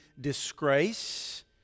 disgrace